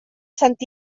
sant